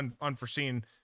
unforeseen